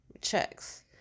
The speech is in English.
Checks